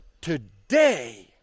today